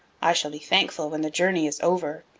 i shall be thankful when the journey is over,